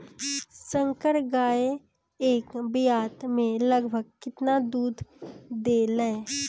संकर गाय एक ब्यात में लगभग केतना दूध देले?